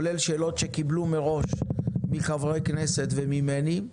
לפנינו שאלות שהשר והמנכ"לית קיבלו מראש מחברי הכנסת וממני,